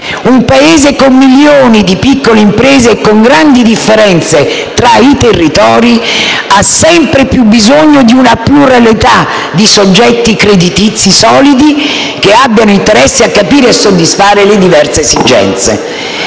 Un Paese con milioni di piccole imprese e con grandi differenze tra territori, ha sempre più bisogno di una pluralità di soggetti creditizi solidi che abbiano interesse a capire e soddisfare le diverse esigenze.